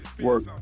work